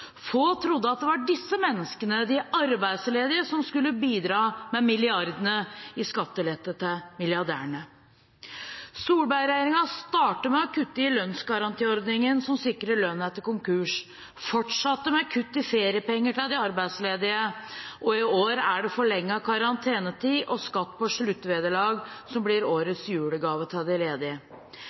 Få trodde at det var disse menneskene, de arbeidsledige, som skulle bidra med milliardene i skattelette til milliardærene. Solberg-regjeringen startet med å kutte i lønnsgarantiordningen som sikret lønn etter konkurs, fortsatte med feriepenger til de arbeidsledige, og i år er det forlenget karantenetid og skatt på sluttvederlag som blir årets julegave til de ledige